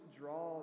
draw